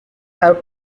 have